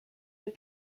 hay